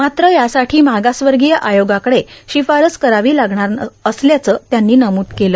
मात्र यासाठी मागासवर्गाय आयोगाकडे शिफारस करावी लागणार असल्याचं त्यांनी नम्द केलं